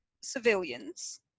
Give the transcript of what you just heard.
civilians